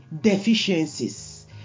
deficiencies